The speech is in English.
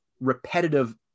repetitive